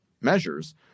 measures